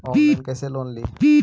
Online कैसे loan ली?